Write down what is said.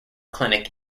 clinic